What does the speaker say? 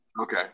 Okay